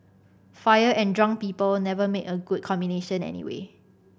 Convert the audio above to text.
fire and drunk people never make a good combination anyway